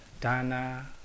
dana